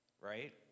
right